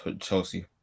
chelsea